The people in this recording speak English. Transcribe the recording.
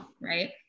right